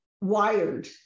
wired